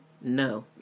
no